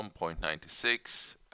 1.96